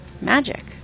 magic